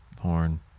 horn